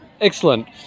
excellent